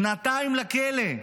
לשנתיים לכלא,